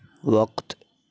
وقت